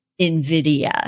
NVIDIA